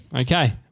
Okay